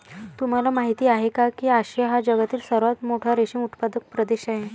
तुम्हाला माहिती आहे का की आशिया हा जगातील सर्वात मोठा रेशीम उत्पादक प्रदेश आहे